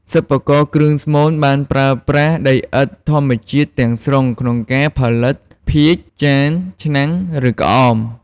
សិប្បករគ្រឿងស្មូនបានប្រើប្រាស់ដីឥដ្ឋធម្មជាតិទាំងស្រុងក្នុងការផលិត ភាជន៍ ចាន ឆ្នាំង ឬក្អម ។